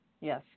Yes